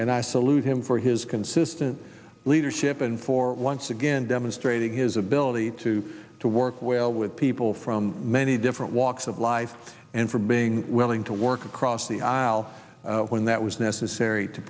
and i salute him for his consistent leadership and for once again demonstrating his ability to to work well with people from many different walks of life and from being willing to work across the aisle when that was necessary to